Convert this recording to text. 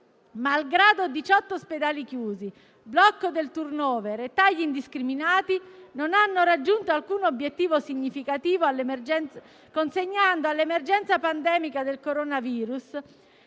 malgrado diciotto ospedali chiusi, blocco del *turnover* e tagli indiscriminati, non hanno raggiunto alcun obiettivo significativo, consegnando all'emergenza pandemica del coronavirus